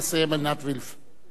ותסיים עינת וילף.